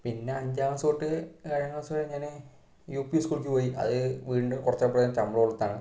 പിന്നെ അഞ്ചാം ക്ലാസ് തൊട്ട് ഏഴാം ക്ലാസ് വരെ ഞാൻ യു പി സ്കൂളിലേക്ക് പോയി അത് വീണ്ടും കുറച്ച് അപ്പുറത്ത് ചമ്പക്കുളത്താണ്